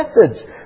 methods